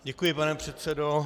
Děkuji, pane předsedo.